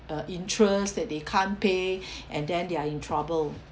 uh interest that they can't pay and then they're in trouble